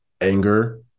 anger